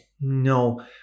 no